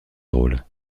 drôle